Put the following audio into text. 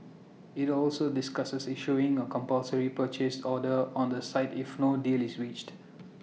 IT also discusses issuing A compulsory purchase order on the site if no deal is reached